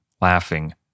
laughing